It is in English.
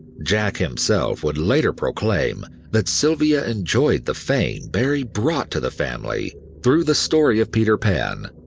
jack himself would later proclaim that sylvia enjoyed the fame barrie brought to the family through the story of peter pan,